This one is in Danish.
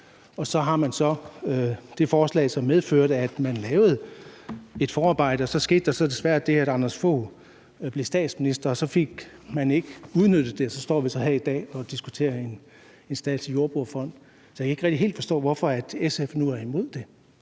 og så har man så det forslag, som medførte, at der blev lavet et forarbejde. Så skete der desværre det, at Anders Fogh Rasmussen blev statsminister, og så fik man ikke udnyttet det, og så står vi så her i dag og diskuterer en statslig jordbrugsfond. Så jeg kan ikke rigtig helt forstå, hvorfor SF nu er imod det.